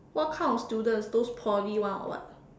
what kind of student those Poly one or what